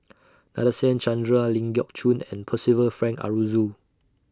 Nadasen Chandra Ling Geok Choon and Percival Frank Aroozoo